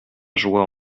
joie